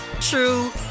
true